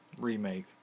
remake